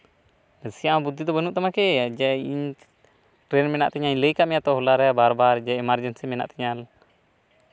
ᱱᱟᱥᱮᱭᱟᱜ ᱵᱩᱫᱽᱫᱷᱤ ᱫᱚ ᱵᱟᱹᱱᱩᱜ ᱛᱟᱢᱟ ᱠᱤ ᱡᱮ ᱤᱧ ᱴᱨᱮᱱ ᱢᱮᱱᱟᱜ ᱛᱤᱧᱟ ᱞᱟᱹᱭ ᱟᱠᱟᱫ ᱢᱮᱭᱟ ᱛᱚ ᱦᱚᱞᱟᱨᱮ ᱵᱟᱨ ᱵᱟᱨ ᱡᱮ ᱮᱢᱟᱨᱡᱮᱱᱥᱤ ᱢᱮᱱᱟᱜ ᱛᱤᱧᱟ